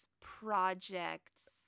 projects